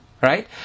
right